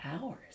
hours